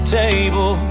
table